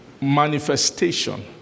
manifestation